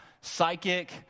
Psychic